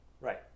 Right